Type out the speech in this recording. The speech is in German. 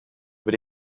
über